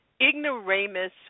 ignoramus